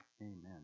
Amen